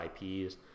IPs